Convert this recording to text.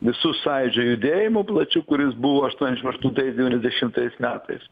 visu sąjūdžio judėjimu plačiu kuris buvo aštuoniasdešim aštuntais devyniasdešimtais metais